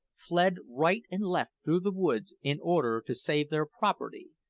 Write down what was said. fled right and left through the woods in order to save their property,